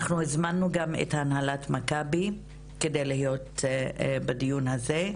אנחנו הזמנו גם את הנהלת מכבי כדי להיות בדיון הזה,